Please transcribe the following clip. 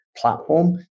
platform